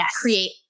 create